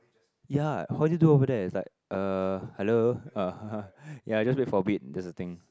ya how do you do over there is like uh hello ya I just wait for a bit that's the thing